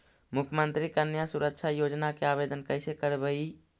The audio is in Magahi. मुख्यमंत्री कन्या सुरक्षा योजना के आवेदन कैसे करबइ?